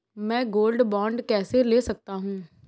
मैं gold bond कैसे ले सकता हूँ?